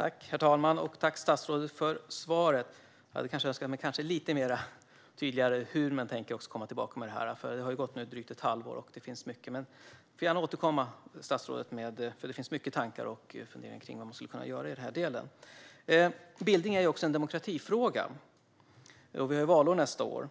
Herr talman! Tack, statsrådet, för svaret! Jag hade kanske önskat lite tydligare besked om hur man tänker återkomma om det här, för det har gått drygt ett halvår. Statsrådet får gärna återkomma till detta, för det finns många tankar och funderingar om vad man skulle kunna göra i den här delen. Bildning är också en demokratifråga, och det är valår nästa år.